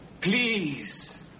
Please